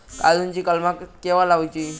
काजुची कलमा केव्हा लावची?